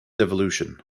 devolution